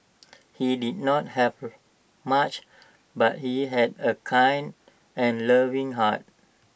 he did not have much but he had A kind and loving heart